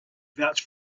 vouch